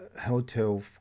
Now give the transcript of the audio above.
Hotel